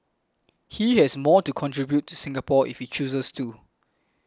he has more to contribute to Singapore if he chooses to